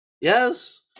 Yes